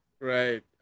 Right